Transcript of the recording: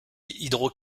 hydro